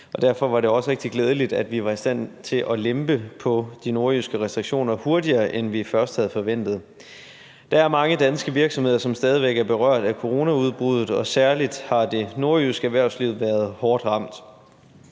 derfor var det også rigtig glædeligt, at vi var i stand til at lempe på de nordjyske restriktioner hurtigere, end vi først havde forventet. Der er mange danske virksomheder, som stadig væk er berørt af coronaudbruddet, og særlig det nordjyske erhvervsliv har været hårdt ramt.